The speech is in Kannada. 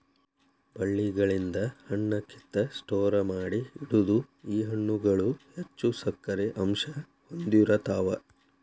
ಬಳ್ಳಿಗಳಿಂದ ಹಣ್ಣ ಕಿತ್ತ ಸ್ಟೋರ ಮಾಡಿ ಇಡುದು ಈ ಹಣ್ಣುಗಳು ಹೆಚ್ಚು ಸಕ್ಕರೆ ಅಂಶಾ ಹೊಂದಿರತಾವ